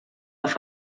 auf